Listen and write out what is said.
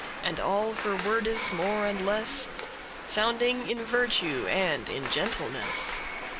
and all her worde's more and less sounding in virtue and in gentleness.